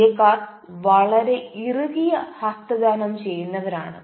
ഇന്ത്യക്കാർ വളരെ ഇറുകിയ ഹസ്തദാനം ചെയ്യുന്നവരാണ്